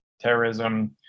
terrorism